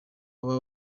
baba